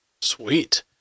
Sweet